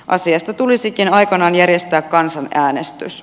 asiasta tulisikin aikanaan järjestää kansanäänestys